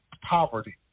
poverty